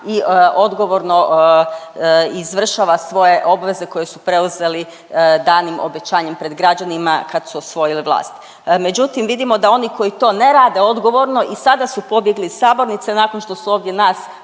i odgovorno izvršava svoje obveze koje su preuzeli danim obećanjem pred građanima kad su osvojili vlast. Međutim, vidimo da oni koji to ne rade odgovorno i sada su pobjegli iz sabornice nakon što su ovdje nas